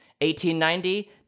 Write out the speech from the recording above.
1890